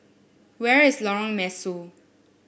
where is Lorong Mesu